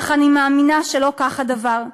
אך אני מאמינה שלא כך הדבר,